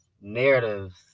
narratives